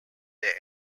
their